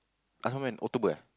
last month when October eh